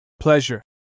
pleasure